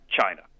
China